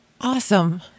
Awesome